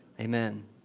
amen